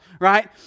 right